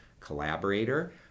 collaborator